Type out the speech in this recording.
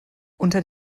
unter